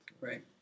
Right